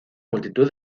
multitud